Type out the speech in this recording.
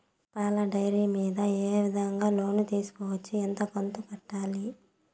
పాల డైరీ మీద ఏ విధంగా లోను తీసుకోవచ్చు? ఎంత కంతు కట్టాలి?